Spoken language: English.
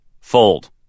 Fold